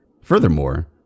Furthermore